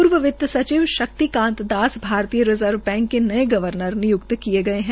पूर्व वित्त सचिव शक्तिकांत दास भारतीय रिज़र्व बैंक के नए गर्वनर निय्क्त किए गए है